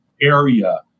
area